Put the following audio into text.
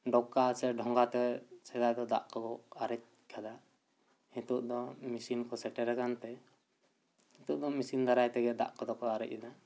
ᱰᱚᱠᱟ ᱥᱮ ᱰᱷᱚᱸᱜᱟ ᱛᱮ ᱥᱮᱫᱟᱭ ᱫᱚ ᱫᱟᱜ ᱠᱚᱫᱚ ᱟᱨᱮᱡ ᱠᱟᱫᱟ ᱱᱤᱛᱚᱜ ᱫᱚ ᱢᱤᱥᱤᱱ ᱠᱚ ᱥᱮᱴᱮᱨ ᱟᱠᱟᱱ ᱛᱮ ᱱᱤᱛᱚᱜ ᱫᱚ ᱢᱤᱥᱤᱱ ᱫᱟᱨᱟᱭ ᱛᱮᱜᱮ ᱫᱟᱜ ᱠᱚᱫᱚ ᱠᱚ ᱟᱨᱮᱡ ᱮᱫᱟ